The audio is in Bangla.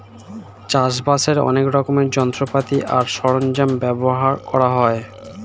চাষবাসের অনেক রকমের যন্ত্রপাতি আর সরঞ্জাম ব্যবহার করা হয়